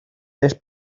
interès